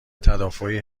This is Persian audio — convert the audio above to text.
تدافعی